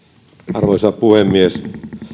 arvoisa puhemies